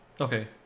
Okay